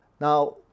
Now